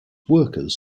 workers